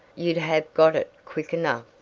you'd have got it quick enough.